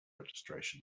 registration